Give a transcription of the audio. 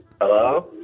hello